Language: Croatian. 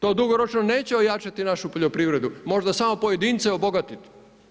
To dugoročno neće ojačati našu poljoprivredu, možda samo pojedince obogatiti.